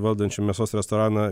valdančiu mėsos restoraną